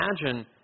imagine